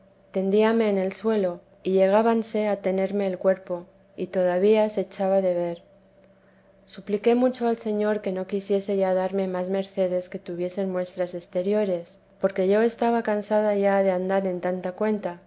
tendíame en el suelo y llegábanse a tenerme el cuerpo y todavía se echaba de ver supliqué mucho al señor que no quisiese ya darme más mercedes que tuviesen muestras exteriores porque yo estaba cansada ya de andar en tanta cuenta